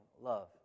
love